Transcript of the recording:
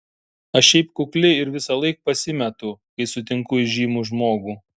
aš šiaip kukli ir visąlaik pasimetu kai sutinku įžymų žmogų